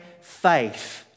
faith